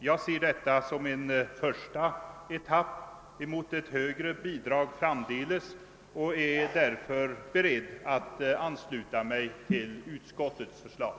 Jag ser detta som en första etapp på vägen mot ett högre bidrag framdeles och är därför beredd att ansluta mig till utskottets förslag.